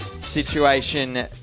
situation